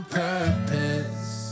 purpose